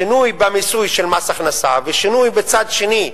שינוי במיסוי של מס הכנסה ושינוי בצד שני,